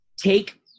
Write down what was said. take